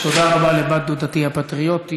תודה רבה לבת דודתי הפטריוטית.